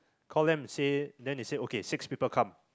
call them say then they say okay six people come